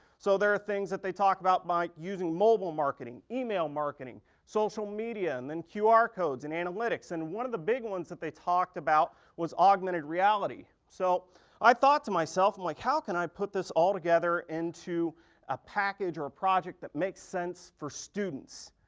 so there are things that they talk about like using mobile marketing, email marketing, social media, and then qr codes and analytics. and one of the big ones that they talked about was augmented reality. so i thought to myself, i'm like, how can i put this all together into a package or a project that makes sense for students.